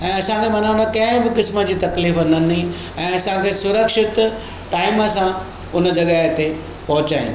ऐं असांखे माना हुन कंहिं बि क़िस्म जी तकलीफ़ु न ॾिनी ऐं असांखे सुरक्षित टाइम सां हुन जॻहि ते पहुचायाईं